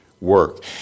work